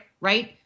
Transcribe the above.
right